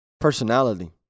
personality